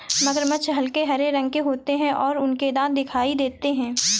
मगरमच्छ हल्के हरे रंग के होते हैं और उनके दांत दिखाई देते हैं